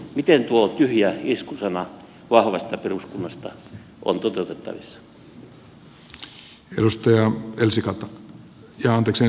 miten tuo tyhjä iskusana vahvasta peruskunnasta on toteutettavissa